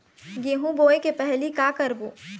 गेहूं बोए के पहेली का का करबो?